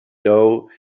though